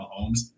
Mahomes